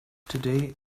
today